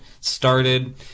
started